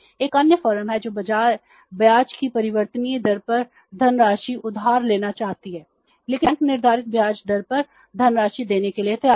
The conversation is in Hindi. एक अन्य फर्म है जो ब्याज की परिवर्तनीय दर पर धनराशि उधार लेना चाहती है लेकिन बैंक निर्धारित ब्याज दर पर धनराशि देने के लिए तैयार है